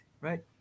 right